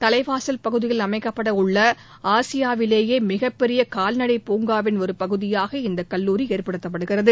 தலைவாசல் பகுதியில் அமைக்கப்பட உள்ள ஆசியாவிலேயே மிகப்பெரிய கால்நடை பூங்காவின் ஒரு பகுதியாக இந்த கல்லூரி ஏற்படுத்தப்படுகிறது